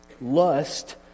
Lust